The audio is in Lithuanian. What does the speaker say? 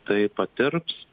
tai patirps